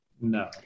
No